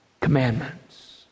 commandments